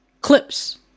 clips